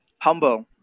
Humble